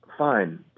Fine